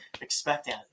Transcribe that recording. expecting